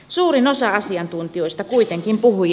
suurin osa asiantuntijoista kuitenkin puhui